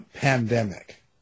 pandemic